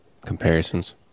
comparisons